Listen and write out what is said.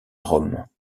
rome